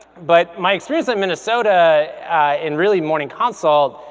but my experience at minnesota and really morning consult